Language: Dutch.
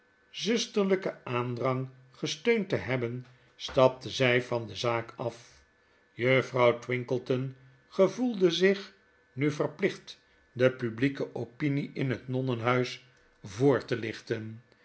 ztisterlyken aandrang gesteund te hebben stapte zij van de zaak af juffrouw twinkleton gevoelde zich nu verplicht de publieke opinie in het nonnenhuis voor te lichten